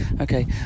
okay